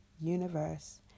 universe